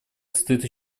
состоит